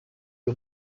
les